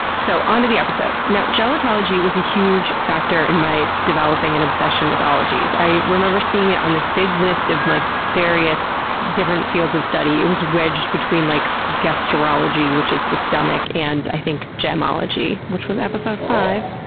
so, on to the episode. now, gelotology was a huge factor in my developing an obsession with ologies. i remember seeing it on this big list of, like, various different fields of study. it was wedged between, like, gastrology, which is the stomach and, i think, gemology, which was episode five.